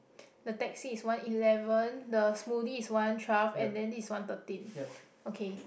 the taxi is one eleven the smoothie is one twelve and then this is one thirteen okay